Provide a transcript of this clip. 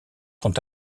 sont